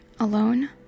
Alone